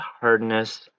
hardness